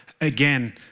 Again